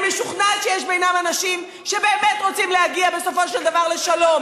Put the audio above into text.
אני משוכנעת שיש בינם אנשים שבאמת רוצים להגיע בסופו של דבר לשלום.